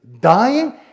dying